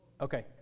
okay